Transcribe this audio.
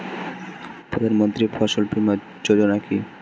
প্রধানমন্ত্রী ফসল বীমা যোজনা কি?